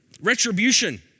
retribution